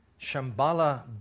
Shambhala